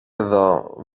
εδώ